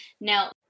Now